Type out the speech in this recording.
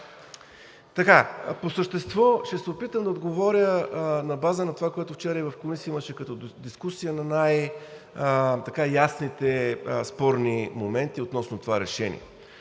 По същество ще се опитам да отговоря на база на това, което и вчера в Комисията имаше като дискусия, на най-ясните спорни моменти относно това решение.